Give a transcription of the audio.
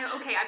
okay